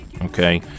okay